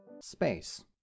Space